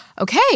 okay